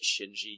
Shinji